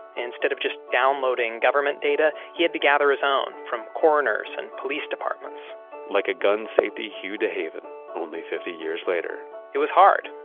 instead of just downloading government data, he had to gather his own from coroners and police departments like a gun safety hugh dehaven, only fifty years later it was hard.